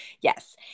Yes